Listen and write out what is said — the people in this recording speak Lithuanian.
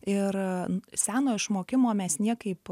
ir senojo išmokimo mes niekaip